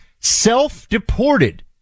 self-deported